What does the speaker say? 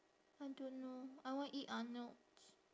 I don't know I want eat arnolds